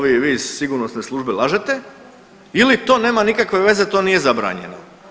Vi iz sigurnosne službe lažete ili to nema nikakve veze, to nije zabranjeno.